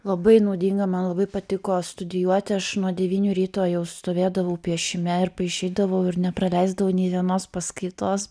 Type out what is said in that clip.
labai naudinga man labai patiko studijuoti aš nuo devynių ryto jau stovėdavau piešime ir paišydavau ir nepraleisdavau nė vienos paskaitos